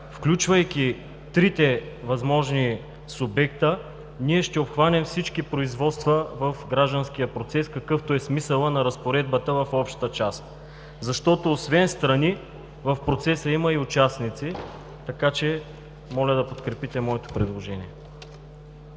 включвайки трите възможни субекта, ние ще обхванем всички производства в гражданския процес, какъвто е смисълът на разпоредбата в общата част. Защото освен страни, в процеса има и участници. Така че моля да подкрепите моето предложение.